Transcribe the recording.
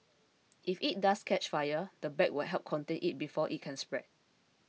if it does catch fire the bag will help contain it before it can spread